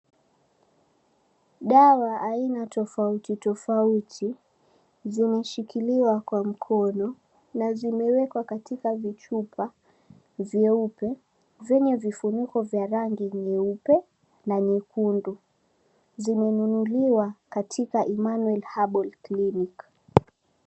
Dawa aina tofauti tofauti zimeshikiliwa kwa mkono, na zimewekwa katika vichupa, vyeupe vyenye vifuniko vya rangi nyeupe na nyekundu. 𝑍𝑖menunuliwa katika Emmanuel Herbal clinic.